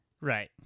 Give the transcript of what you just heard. Right